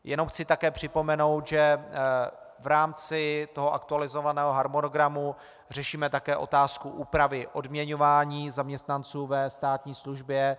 Jenom chci také připomenout, že v rámci aktualizovaného harmonogramu řešíme také otázku úpravy odměňování zaměstnanců ve státní službě.